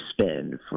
spend